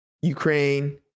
Ukraine